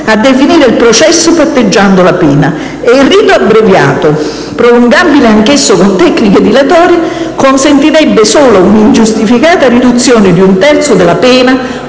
a definire il processo, patteggiando la pena. E il rito abbreviato, prolungabile anch'esso con tecniche dilatorie, consentirebbe solo un ingiustificata riduzione di un terzo della pena,